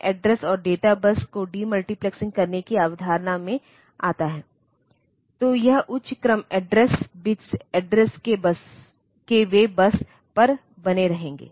और अगर यह उस स्थिति में मेमोरी पर कुछ लिखने की कोशिश कर रहा है तो यह राइट बार सिग्नल सक्रिय हो जाएगा